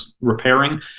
repairing